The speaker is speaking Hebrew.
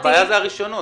הבעיה היא הרישיונות.